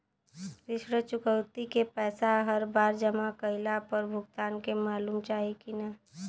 ऋण चुकौती के पैसा हर बार जमा कईला पर भुगतान के मालूम चाही की ना?